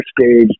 stage